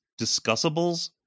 discussables